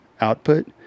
output